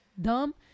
dumb